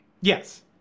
Yes